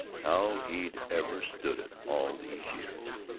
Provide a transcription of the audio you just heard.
how he'd ever stood it all these years